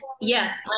yes